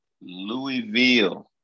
Louisville